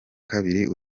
kabiri